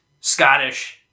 Scottish